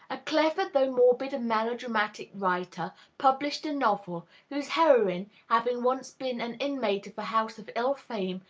a clever, though morbid and melodramatic writer published a novel, whose heroine, having once been an inmate of a house of ill-fame,